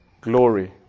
glory